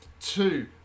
Two